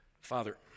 Father